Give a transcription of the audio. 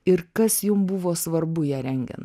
ir kas jum buvo svarbu ją rengian